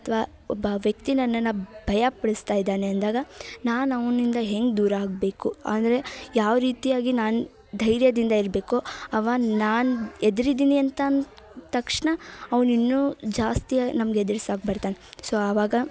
ಅಥ್ವಾ ಒಬ್ಬ ವ್ಯಕ್ತಿ ನನ್ನನ್ನು ಭಯ ಪಡಿಸ್ತಾ ಇದ್ದಾನೆ ಅಂದಾಗ ನಾನು ಅವನಿಂದ ಹೆಂಗೆ ದೂರ ಆಗಬೇಕು ಅಂದರೆ ಯಾವ ರೀತಿಯಾಗಿ ನಾನು ಧೈರ್ಯದಿಂದ ಇರಬೇಕು ಅವ ನಾನು ಹೆದ್ರಿದ್ದೀನಿ ಅಂತಂದು ತಕ್ಷಣ ಅವ್ನಿನ್ನೂ ಜಾಸ್ತಿಯಾಗಿ ನಮ್ಗೆ ಎದುರ್ಸೋಕೆ ಬರ್ತಾನೆ ಸೊ ಆವಾಗ